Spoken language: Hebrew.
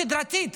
סדרתית,